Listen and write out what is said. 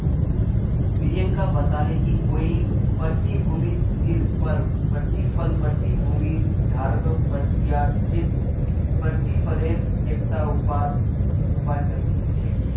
प्रियंका बताले कि कोई प्रतिभूतिर पर प्रतिफल प्रतिभूति धारकक प्रत्याशित प्रतिफलेर एकता उपाय छिके